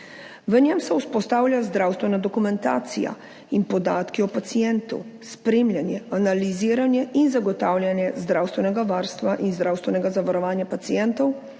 V njem se vzpostavlja zdravstvena dokumentacija in podatki o pacientu, spremljanje, analiziranje in zagotavljanje zdravstvenega varstva in zdravstvenega zavarovanja pacientov,